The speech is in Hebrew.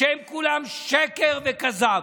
שהן כולן שקר וכזב.